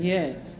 Yes